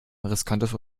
riskantes